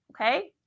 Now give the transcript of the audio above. Okay